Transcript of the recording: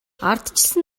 ардчилсан